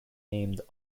named